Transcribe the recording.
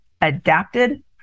adapted